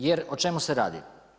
Jer o čemu se radi.